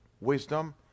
wisdom